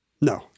No